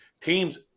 teams